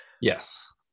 yes